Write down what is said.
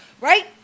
right